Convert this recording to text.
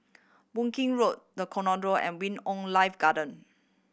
Boon King Road The and Wing On Life Garden